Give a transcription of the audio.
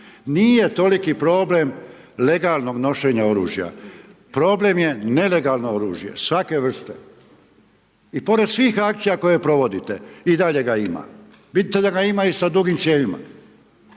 Nije toliki problem legalnog nošenja oružja, problem je nelegalno oružje svake vrste. I pored svih akcija koje provodite i dalje ga ima. Vidite da ga ima i sa dugim cijevima.